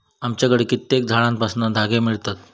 आमच्याकडे कित्येक झाडांपासना धागे मिळतत